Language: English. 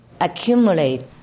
accumulate